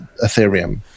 ethereum